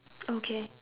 okay